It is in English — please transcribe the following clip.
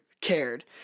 cared